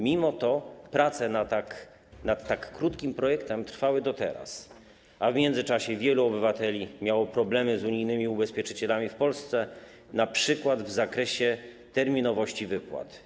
Mimo to prace nad tak krótkim projektem trwały do teraz, a w międzyczasie wielu obywateli miało problemy z unijnymi ubezpieczycielami w Polsce, np. w zakresie terminowości wypłat.